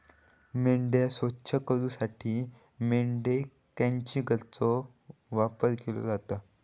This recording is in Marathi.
मेंढ्या स्वच्छ करूसाठी मेंढी क्रचिंगचो वापर केलो जाता